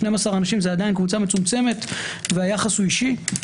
12 אנשים זה עדיין קבוצה מצומצמת והיחס הוא אישי.